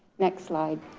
next slide.